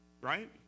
Right